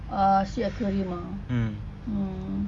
ah sea aquarium ah mm